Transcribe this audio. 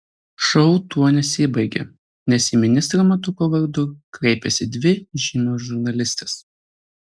šou tuo nesibaigia nes į ministrą matuko vardu kreipiasi dvi žymios žurnalistės